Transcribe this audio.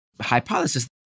hypothesis